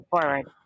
forward